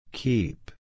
Keep